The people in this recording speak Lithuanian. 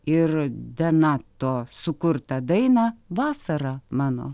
ir denato sukurtą dainą vasara mano